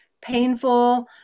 painful